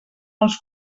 els